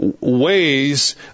ways